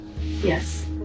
Yes